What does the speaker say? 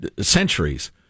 centuries